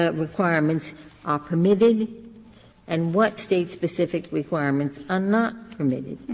ah requirements are permitted and what state-specific requirements are not permitted?